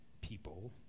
People